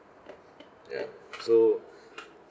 ya so